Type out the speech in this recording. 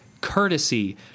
courtesy